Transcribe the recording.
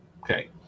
Okay